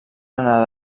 anar